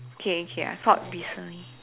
okay okay I thought recently